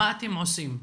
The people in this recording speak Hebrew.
מה אתם עושים?